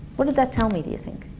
what did that tell me, do you think?